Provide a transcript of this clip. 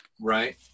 Right